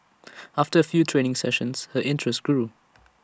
after A few training sessions her interest grew